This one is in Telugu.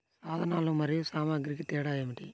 సాధనాలు మరియు సామాగ్రికి తేడా ఏమిటి?